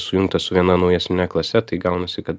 sujungtas su viena naujesne klase tai gaunasi kad